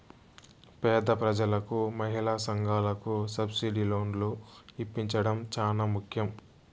పేద ప్రజలకు మహిళా సంఘాలకు సబ్సిడీ లోన్లు ఇప్పించడం చానా ముఖ్యం